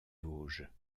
vosges